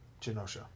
Genosha